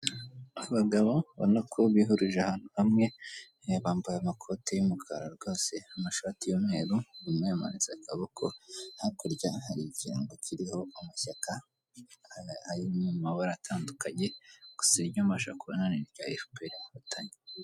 Abagabo ubona ko bihurije ahantu hamwe, bambaye amakoti y'umukara rwose, amashati y'umweru, umwe yamanitse akaboko, hakurya hari ikirango kiriho amashyaka ari mu mabara atandukanye, gusa iryo mbasha kubona ni irya Efuperi Inkotanyi.